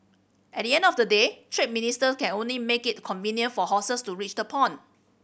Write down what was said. at the end of the day trade minister can only make it convenient for horses to reach the pond